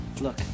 Look